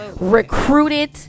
recruited